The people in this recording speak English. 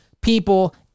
people